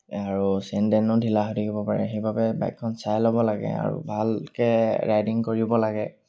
আৰু চেইন টেইনো ঢিলা হৈ থাকিব পাৰে সেইবাবে বাইকখন চাই ল'ব লাগে আৰু ভালকৈ ৰাইডিং কৰিব লাগে